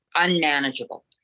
Unmanageable